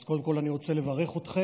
אז קודם כול אני רוצה לברך אתכם.